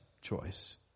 choice